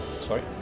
Sorry